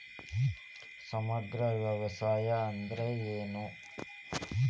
ಸಮಗ್ರ ವ್ಯವಸಾಯ ಅಂದ್ರ ಏನು?